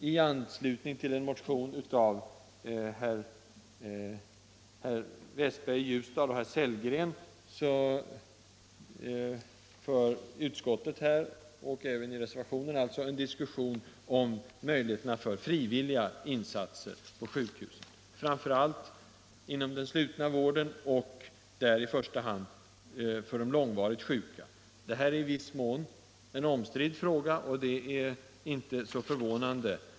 I anslutning till en motion av herrar Westberg i Ljusdal och Sellgren för utskottet en diskussion om möjligheterna till frivilliga insatser på sjukhus, framför allt inom den slutna vården och där i första hand för de långvarigt sjuka. Det här är i viss mån en omstridd fråga, vilket inte är förvånande.